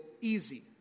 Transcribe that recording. easy